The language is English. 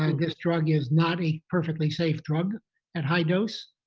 um this drug is not a perfectly safe drug at high dose.